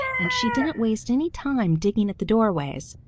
and she didn't waste any time digging at the doorways.